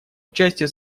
участие